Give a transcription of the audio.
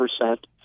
percent